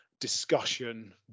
discussion